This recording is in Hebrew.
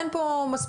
אין פה מספיק.